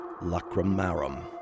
Lacrimarum